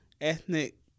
ethnic